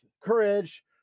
courage